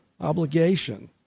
obligation